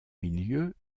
milieu